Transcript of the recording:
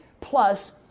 plus